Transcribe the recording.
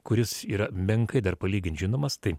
kuris yra menkai dar palygint žinomas tai